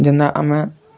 ଯେନ୍ତା ଆମେ